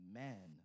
men